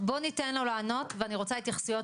בואו ניתן לו לענות ואני רוצה התייחסויות